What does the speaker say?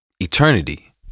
eternity